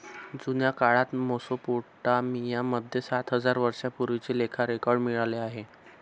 जुन्या काळात मेसोपोटामिया मध्ये सात हजार वर्षांपूर्वीचे लेखा रेकॉर्ड मिळाले आहे